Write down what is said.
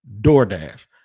DoorDash